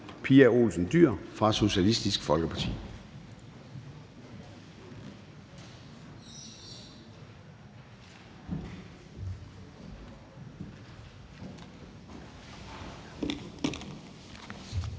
Pia Olsen Dyhr fra Socialistisk Folkeparti.